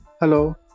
Hello